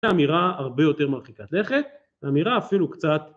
זה אמירה הרבה יותר מרחיקת לכת, זה אמירה אפילו קצת